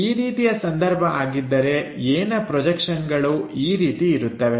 ಈ ರೀತಿಯ ಸಂದರ್ಭ ಆಗಿದ್ದರೆ Aನ ಪ್ರೊಜೆಕ್ಷನ್ಗಳು ಈ ರೀತಿ ಇರುತ್ತವೆ